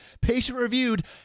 patient-reviewed